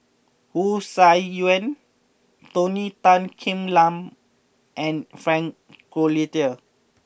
Wu Tsai Yen Tony Tan Keng Yam and Frank Cloutier